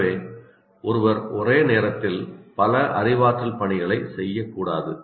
எனவே ஒருவர் ஒரே நேரத்தில் பல அறிவாற்றல் பணிகளை செய்யக்கூடாது